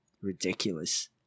ridiculous